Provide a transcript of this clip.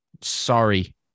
sorry